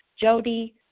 Jody